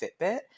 Fitbit